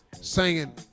singing